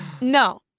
No